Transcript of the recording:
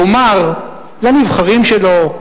יאמר לנבחרים שלו,